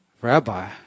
Rabbi